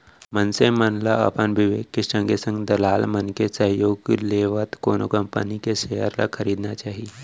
मनसे मन ल अपन बिबेक के संगे संग दलाल मन के सहयोग लेवत कोनो कंपनी के सेयर ल खरीदना चाही